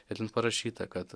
ir ten parašyta kad